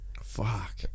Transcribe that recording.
Fuck